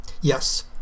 Yes